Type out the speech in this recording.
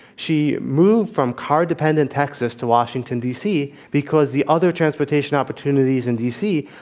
she moved from car-dependent texas to washington, d. c. because the other transportation opportunities in d. c.